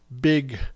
big